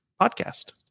podcast